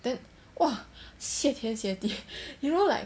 then !wah! 谢天谢地 you know like